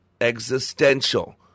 existential